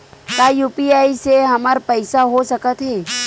का यू.पी.आई से हमर पईसा हो सकत हे?